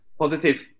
Positive